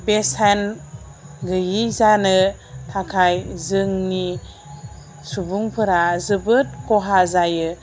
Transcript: बेसेन गैयि जानो थाखाय जोंनि सुबुंफोरा जोबोद खहा जायो